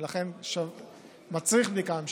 ולכן מצריך בדיקה ממשלתית.